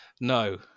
No